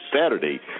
Saturday